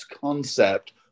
concept